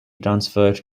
transferred